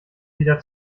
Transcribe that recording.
wieder